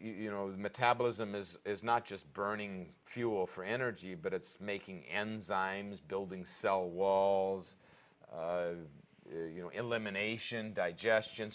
you know metabolism is is not just burning fuel for energy but it's making enzymes building cell walls you know elimination digestion